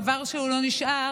חבל שהוא לא נשאר